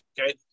Okay